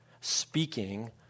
speaking